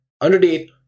underneath